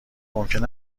ممکن